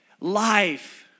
life